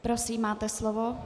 Prosím, máte slovo.